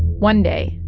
one day,